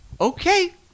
okay